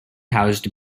housed